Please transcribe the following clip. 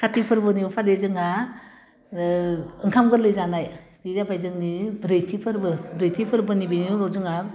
खाथि फोरबोनि उनाव फालियो जोंहा ओह ओंखाम गोरलै जानाय बे जाबाय जोंनि ब्रैथि फोरबो ब्रैथि फोरबो बिनि उनाव जोंहा